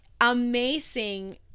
amazing